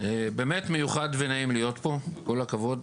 באמת מיוחד ונעים להיות פה, כל הכבוד.